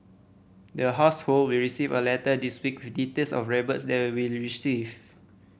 there household will receive a letter this week with details of rebates there'll we receive